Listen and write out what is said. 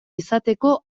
izateko